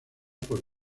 por